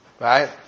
Right